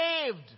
saved